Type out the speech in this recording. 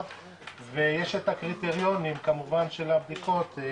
ויש את הקריטריונים כמובן של הבדיקות.